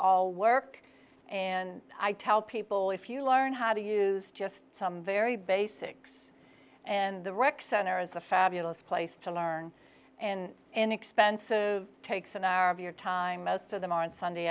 all work and i tell people if you learn how to use just some very basics and the rec center is a fabulous place to learn and inexpensive takes an hour of your time most of them on sunday